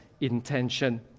intention